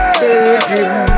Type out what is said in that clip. begging